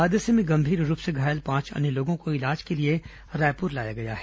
हादसे में गंभीर रूप से घायल पांच अन्य लोगों को इलाज के लिए रायपुर लाया गया है